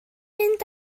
mynd